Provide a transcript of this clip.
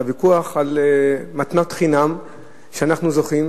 ויכוח על מתנת חינם שאנחנו זוכים,